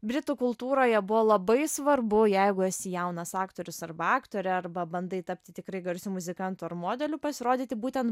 britų kultūroje buvo labai svarbu jeigu esi jaunas aktorius arba aktorė arba bandai tapti tikrai garsiu muzikantu ar modeliu pasirodyti būtent